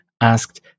asked